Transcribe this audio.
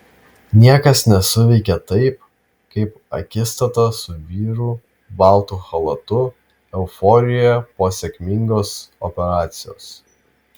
niekas nesuveikė taip kaip akistata su vyru baltu chalatu euforijoje po sėkmingos operacijos